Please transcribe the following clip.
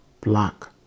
black